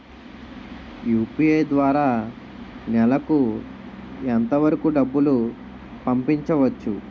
UPI ద్వారా నెలకు ఎంత వరకూ డబ్బులు పంపించవచ్చు?